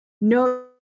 no